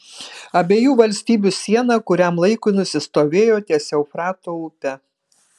abiejų valstybių siena kuriam laikui nusistovėjo ties eufrato upe